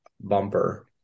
bumper